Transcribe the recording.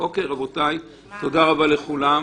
תודה רבה לכולם.